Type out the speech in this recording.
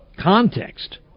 context